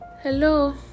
Hello